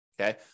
Okay